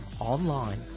online